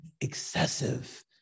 excessive